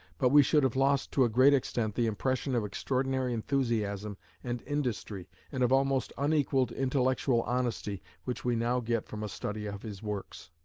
but we should have lost to a great extent the impression of extraordinary enthusiasm and industry, and of almost unequalled intellectual honesty which we now get from a study of his works.